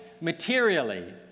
materially